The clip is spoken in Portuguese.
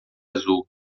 azul